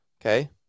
Okay